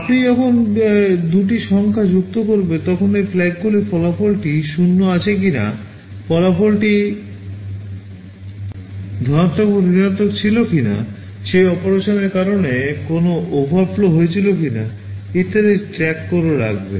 আপনি যখন দুটি সংখ্যা যুক্ত করবেন তখন এই FLAGগুলি ফলাফলটি 0 ছিল কিনা ফলাফলটি ধনাত্মক বা ঋণাত্মক ছিল কিনা সেই অপারেশনের কারণে কোনও ওভারফ্লো হয়েছিল কি না ইত্যাদি ট্র্যাক করে রাখবে